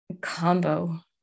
combo